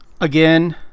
Again